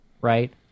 right